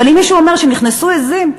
אבל אם מישהו אומר שנכנסו עזים,